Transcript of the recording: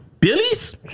Billy's